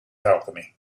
alchemy